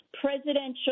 presidential